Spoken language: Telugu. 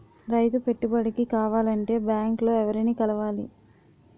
రైతు పెట్టుబడికి కావాలంటే బ్యాంక్ లో ఎవరిని కలవాలి?